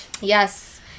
Yes